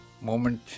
moment